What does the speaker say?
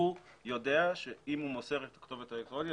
הוא יודע שאם הוא מוסר את הכתובת האלקטרונית,